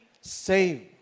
saved